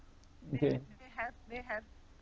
okay